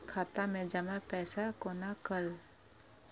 खाता मैं जमा पैसा कोना कल